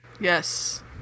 yes